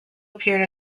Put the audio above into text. appeared